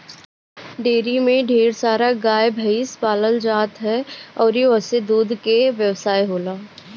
dairy में ढेर सारा गाए भइस पालल जात ह अउरी ओसे दूध के व्यवसाय होएला